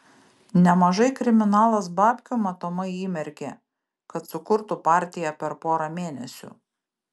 nemažai kriminalas babkių matomai įmerkė kad sukurtų partiją per porą mėnesių